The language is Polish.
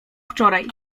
wczoraj